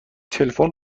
تلفن